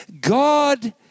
God